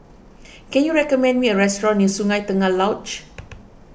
can you recommend me a restaurant near Sungei Tengah Lodge